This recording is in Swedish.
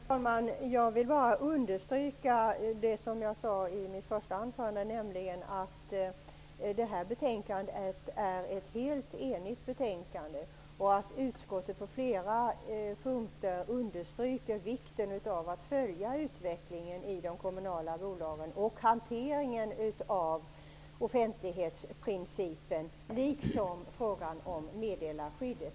Herr talman! Jag vill bara understryka det jag sade i mitt första anförande, nämligen att bakom detta betänkande står ett helt enigt utskott, och att utskottet på flera punkter understryker vikten av att följa utvecklingen i de kommunala bolagen, hanteringen av offentlighetsprincipen liksom frågan om meddelarskyddet.